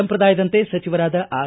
ಸಂಪ್ರದಾಯದಂತೆ ಸಚಿವರಾದ ಆರ್